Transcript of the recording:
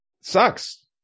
sucks